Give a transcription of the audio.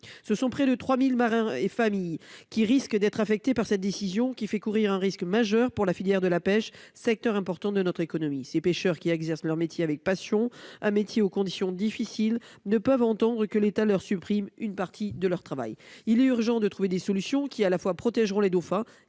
ce sont près de 3000 marins et familles qui risque d'être affectés par cette décision qui fait courir un risque majeur pour la filière de la pêche secteurs importants de notre économie, ces pêcheurs qui exercent leur métier avec passion un métier aux conditions difficiles ne peuvent entendre que l'État leur supprime une partie de leur travail. Il est urgent de trouver des solutions qui à la fois protégeront les dauphins